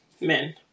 men